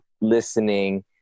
listening